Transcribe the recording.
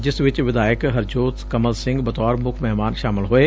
ਜਿਸ ਵਿਚ ਵਿਧਾਇਕ ਹਰਜੋਤ ਕਮਲ ਸਿੰਘ ਬਤੌਰ ਮੁੱਖ ਮਹਿਮਾਨ ਸ਼ਾਮਲ ਹੋਏ